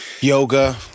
yoga